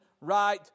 right